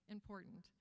important